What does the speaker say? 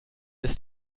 ist